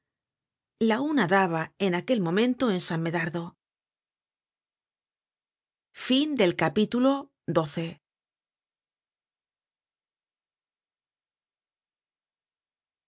la una daba en aquel momento en san medardo content from google book